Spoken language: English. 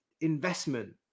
investment